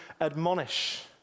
admonish